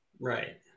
Right